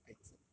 癌症